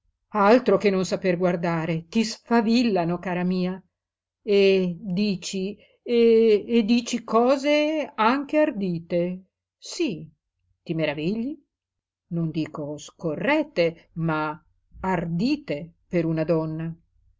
altro che non saper guardare ti sfavillano cara mia e dici e dici cose anche ardite sí ti maravigli non dico scorrette ma ardite per una donna